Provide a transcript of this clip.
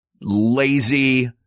lazy